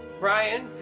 Ryan